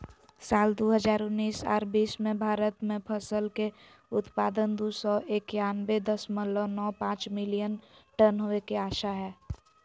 साल दू हजार उन्नीस आर बीस मे भारत मे फसल के उत्पादन दू सौ एकयानबे दशमलव नौ पांच मिलियन टन होवे के आशा हय